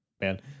man